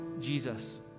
Jesus